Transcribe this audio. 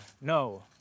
no